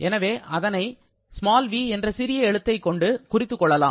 எனவே அதனை 'v' என்ற சிறிய எழுத்தை கொண்டு குறித்துக் கொள்ளலாம்